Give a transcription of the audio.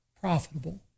profitable